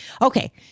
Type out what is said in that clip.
Okay